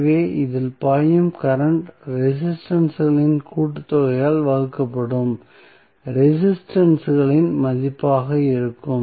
எனவே இதில் பாயும் கரண்ட் ரெசிஸ்டன்ஸ்களின் கூட்டுத்தொகையால் வகுக்கப்படும் ரெசிஸ்டன்ஸ் களின் மதிப்பாக இருக்கும்